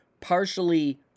partially